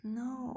no